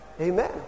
Amen